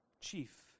Chief